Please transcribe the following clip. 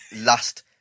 last